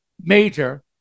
major